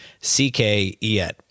C-K-E-N